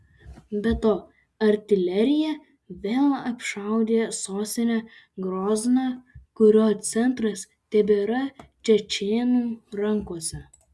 be to artilerija vėl apšaudė sostinę grozną kurio centras tebėra čečėnų rankose